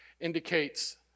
indicates